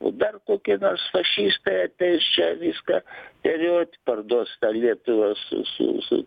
po dar kokį nors fašistai ateis čia viską teriot parduos tą lietuvą su su su